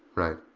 right.